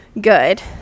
good